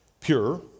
pure